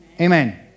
Amen